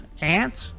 ants